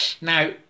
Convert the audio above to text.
Now